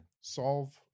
solve